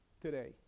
today